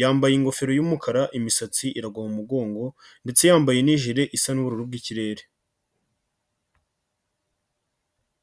yambaye ingofero y'umukara imisatsi iragwa mu mugongo ndetse yambaye n'ijire isa n'ubururu bw'ikirere.